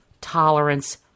tolerance